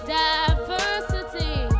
diversity